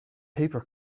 paper